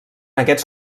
aquests